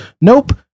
Nope